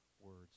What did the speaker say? words